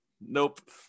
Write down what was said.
Nope